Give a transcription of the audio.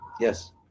Yes